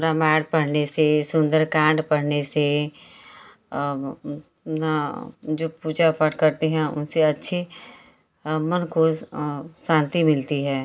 रामायण पढ़ने से सुंदर कांड पढ़ने से जो पूजा पाठ करती हैं उनसे अच्छे मन को शांति मिलती है